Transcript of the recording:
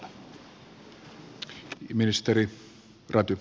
arvoisa puhemies